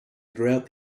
throughout